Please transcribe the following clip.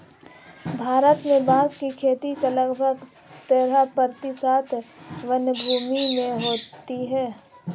भारत में बाँस की खेती लगभग तेरह प्रतिशत वनभूमि में होती है